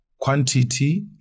quantity